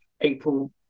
April